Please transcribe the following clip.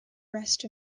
rest